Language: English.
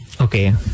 Okay